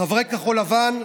חברי כחול לבן,